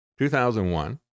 2001